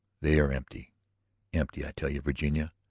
they are empty empty, i tell you, virginia!